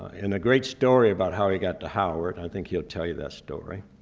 and a great story about how he got to howard. i think he'll tell you that story.